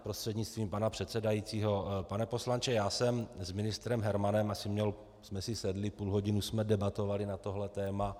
Prostřednictvím pana předsedajícího pane poslanče, s ministrem Hermanem jsme si sedli a půl hodinu jsme debatovali na tohle téma.